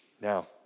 Now